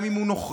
גם אם הוא נוכרי,